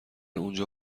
اونجا